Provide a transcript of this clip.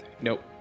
Nope